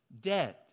dead